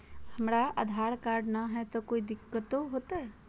हमरा आधार कार्ड न हय, तो कोइ दिकतो हो तय?